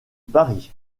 paris